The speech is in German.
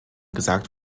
gesagt